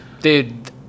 Dude